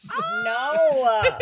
No